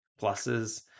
pluses